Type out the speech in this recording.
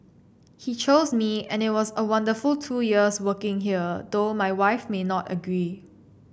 he chose me and it was a wonderful two years working here though my wife may not agree